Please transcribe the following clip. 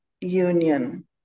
union